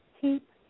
keep